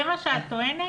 זה מה שאת טוענת?